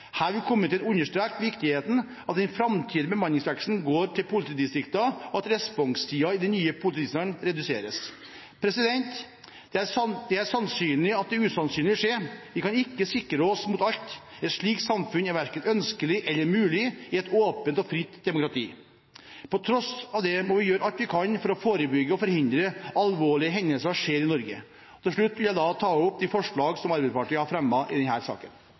Her vil komiteen understreke viktigheten av at den framtidige bemanningsveksten går til politidistriktene, og at responstiden i de nye politidistriktene reduseres. Det er sannsynlig at det usannsynlige vil skje. Vi kan ikke sikre oss mot alt. Et slikt samfunn er verken ønskelig eller mulig i et åpent og fritt demokrati. På tross av det må vi gjøre alt vi kan for å forebygge og forhindre at alvorlige hendelser skjer i Norge. Til slutt vil jeg ta opp de forslagene som Arbeiderpartiet, alene eller sammen med Senterpartiet, har i denne saken.